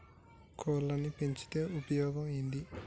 కోళ్లని పెంచితే ఉపయోగం ఏంది?